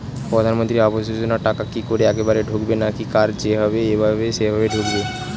প্রধানমন্ত্রী আবাস যোজনার টাকা কি একবারে ঢুকবে নাকি কার যেভাবে এভাবে সেভাবে ঢুকবে?